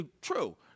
true